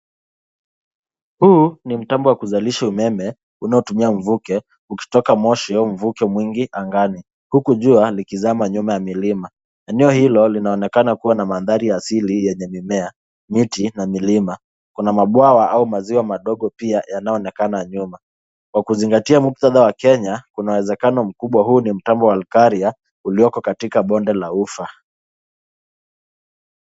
Huu ni mtambo wa kuzalisha umeme unaotumia mvuke ukitoka moshi au mvuke mwingi angani huku jua likizama nyuma ya milima. Eneo hilo linaonekana kuwa na mandhari ya asili yenye mimea, miti na milima. Kuna mabwawa au maziwa madogo pia yanayoonekana nyuma. Kwa kuzingatia muktadha wa Kenya, kuna uwezekano mkubwa huu ni mtambo wa Olkaria ulioko katika Bonde la Ufa.